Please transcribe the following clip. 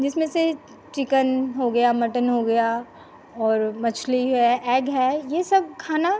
जिसमें से चिकन हो गया मटन हो गया और मछली है ऐग है ये सब खाना